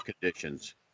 conditions